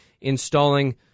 installing